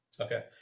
Okay